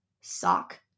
sock